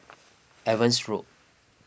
Evans Road